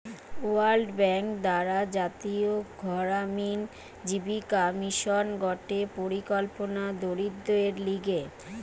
world Bank দ্বারা জাতীয় গড়ামিন জীবিকা মিশন গটে পরিকল্পনা দরিদ্রদের লিগে